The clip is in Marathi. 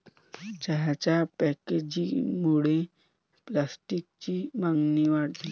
चहाच्या पॅकेजिंगमुळे प्लास्टिकची मागणी वाढते